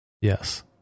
Yes